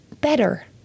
better